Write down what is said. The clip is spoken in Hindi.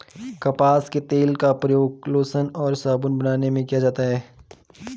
कपास के तेल का प्रयोग लोशन और साबुन बनाने में किया जाता है